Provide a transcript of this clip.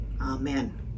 Amen